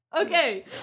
Okay